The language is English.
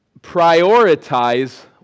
prioritize